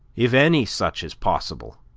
if any such is possible.